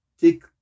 Take